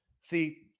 see